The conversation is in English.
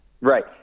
Right